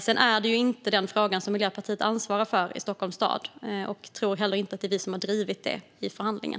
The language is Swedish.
Sedan är inte detta en fråga som Miljöpartiet ansvarar för i Stockholms stad. Jag tror heller inte att det är vi som har drivit det i förhandlingen.